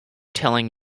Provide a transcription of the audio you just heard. telling